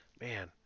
Man